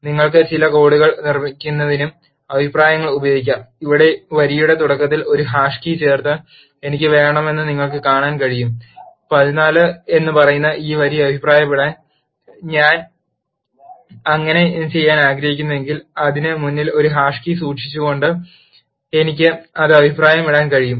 നിങ്ങൾക്ക് ചില കോഡ് കോഡുകൾ നിർമ്മിക്കുന്നതിനും അഭിപ്രായങ്ങൾ ഉപയോഗിക്കാം ഇവിടെ വരിയുടെ തുടക്കത്തിൽ ഒരു ഹാഷ് കീ ചേർത്ത് എനിക്ക് വേണമെന്ന് നിങ്ങൾക്ക് കാണാൻ കഴിയും 14 എന്ന് പറയുന്ന ഈ വരി അഭിപ്രായമിടാൻ ഞാൻ അങ്ങനെ ചെയ്യാൻ ആഗ്രഹിക്കുന്നുവെങ്കിൽ അതിന് മുന്നിൽ ഒരു ഹാഷ് കീ സൂക്ഷിച്ചുകൊണ്ട് എനിക്ക് അത് അഭിപ്രായമിടാൻ കഴിയും